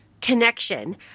connection